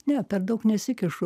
ne per daug nesikišu